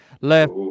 Left